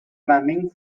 planning